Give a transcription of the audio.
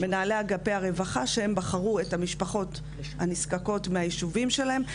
של מנהלי אגפי הרווחה שהם בחרו את המשפחות הנזקקות מהיישובים שלהם,